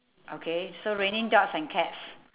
okay so raining dogs and cats